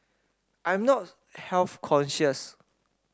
I'm not health conscious